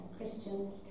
Christians